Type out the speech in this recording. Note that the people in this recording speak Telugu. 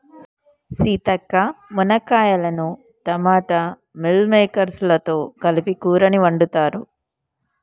సీత మునక్కాయలను టమోటా మిల్ మిల్లిమేకేర్స్ లతో కలిపి కూరని వండుతారు